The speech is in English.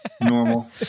Normal